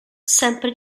sempre